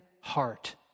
heart